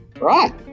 Right